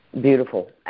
Beautiful